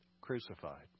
crucified